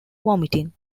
vomiting